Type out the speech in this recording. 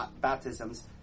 baptisms